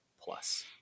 plus